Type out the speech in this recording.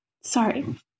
sorry